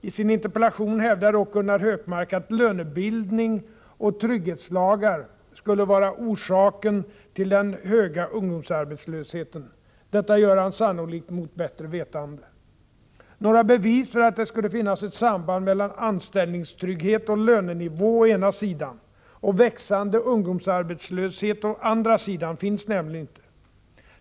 I sin interpellation hävdar dock Gunnar Hökmark att lönebildning och trygghetslagar skulle vara orsaken till den höga ungdomsarbetslösheten. Detta gör han sannolikt mot bättre vetande. Några bevis för att det skulle finnas ett samband mellan anställningstrygghet och lönenivå å ena sidan och växande ungdomsarbetslöshet å andra sidan finns nämligen inte.